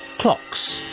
clocks.